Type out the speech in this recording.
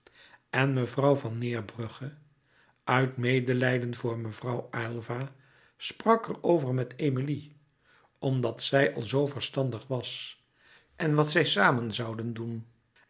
en mevrouw van neerbrugge uit medelijden voor mevrouw aylva sprak er over met emilie omdat zij al zoo verstandig was en wat zij samen zouden doen